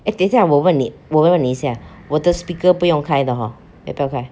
等一下我问你我问一下我的 speaker 不用开的 hor 要不要开